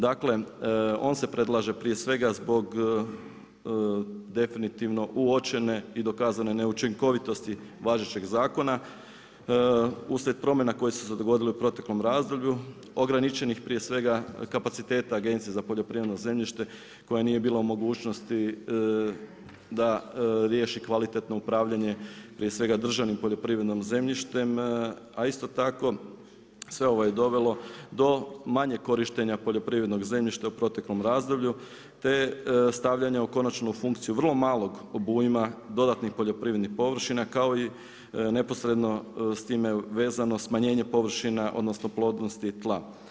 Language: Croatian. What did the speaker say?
Dakle on se predlaže prije svega zbog definitivno uočene i dokazane neučinkovitosti važećeg zakona, uslijed promjena koje su se dogodile u proteklom razdoblju, ograničenih prije svega kapaciteta za Agencije za poljoprivredno zemljište koja nije bilo u mogućnosti da riješi kvalitetno upravljanje prije svega državnim poljoprivrednim zemljištem, a isto tako sve je ovo dovelo do manje korištenja poljoprivrednog zemljišta u proteklom razdoblju te stavljanja u konačnu funkciju vrlo malog obujma dodatnih poljoprivrednih površina kao i neposredno s time vezano smanjenje površina odnosno plodnosti tla.